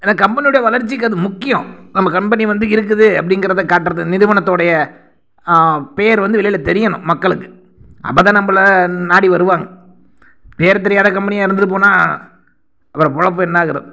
ஏன்னா கம்பெனியோடைய வளர்ச்சிக்கு அது முக்கியம் நம்ப கம்பெனி வந்து இருக்குது அப்படிங்கறத காட்டுறக்கு நிறுவனத்தோடைய பேர் வந்து வெளியில் தெரியணும் மக்களுக்கு அப்ப தான் நம்பளை நாடி வருவாங்க பேர் தெரியாத கம்பெனியாக இருந்துவிட்டு போனால் அப்புறம் பிழப்பு என்னாகுறது